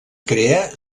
crea